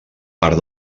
part